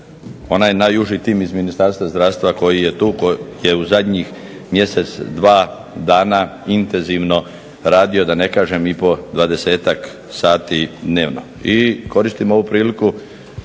onaj najuži tim iz Ministarstva zdravstva koji je tu, koji je u zadnjih mjesec, dva dana intenzivno radio da ne kažem i po dvadesetak sati dnevno. I koristim ovu priliku